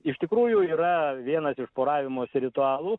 iš tikrųjų yra vienas iš poravimosi ritualų